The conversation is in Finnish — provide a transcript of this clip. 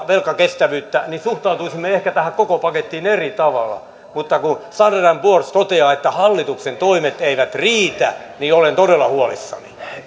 velkakestävyyttä niin suhtautuisimme ehkä tähän koko pakettiin eri tavalla mutta kun standard poors toteaa että hallituksen toimet eivät riitä niin olen todella huolissani